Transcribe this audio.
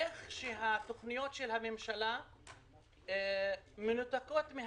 איך התוכניות של הממשלה מנותקות מן